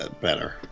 better